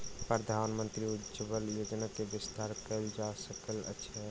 प्रधानमंत्री उज्ज्वला योजना के विस्तार कयल जा रहल अछि